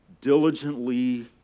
diligently